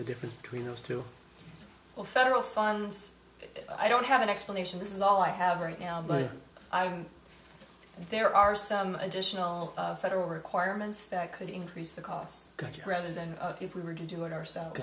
the difference between those two federal funds i don't have an explanation this is all i have right now but there are some additional federal requirements that could increase the cost going to rather than if we were to do it ourselves